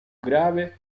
grave